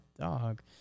dog